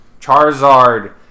charizard